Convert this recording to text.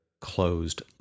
closed